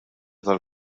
tal